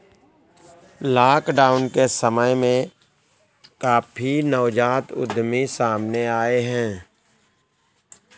lockdown के समय में काफी नवजात उद्यमी सामने आए हैं